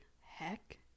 Heck